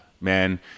man